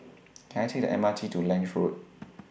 Can I Take The M R T to Lange Road